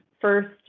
First